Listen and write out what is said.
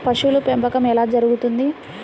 పశువుల పెంపకం ఎలా జరుగుతుంది?